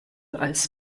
als